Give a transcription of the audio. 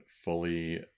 fully